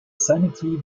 sanity